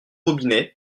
robinet